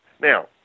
Now